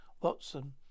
Watson